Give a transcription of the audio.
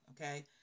okay